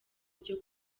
ryo